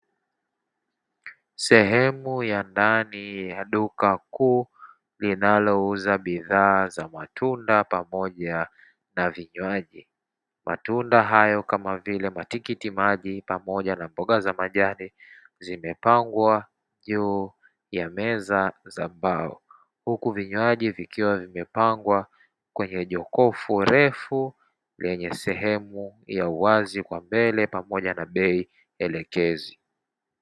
Sehemu ya ndani ya duka kubwa, linalouza bidhaa za matunda pamoja na vinywaji. Matunda hayo, kama vile matikiti maji pamoja na mboga za majani, zimepangwa juu ya meza za mbao huku vinywaji vikiwa vimepangwa kwenye jokofu refu, lenye sehemu ya uwazi kwa mbele, pamoja na bei elekezi.